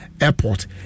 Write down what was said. Airport